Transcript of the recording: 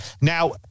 Now